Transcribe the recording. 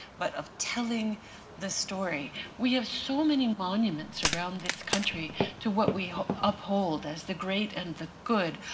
but of telling the story. we have so many monuments around this country to what we uphold as the great and the good.